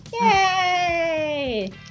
Yay